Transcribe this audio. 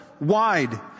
wide